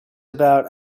about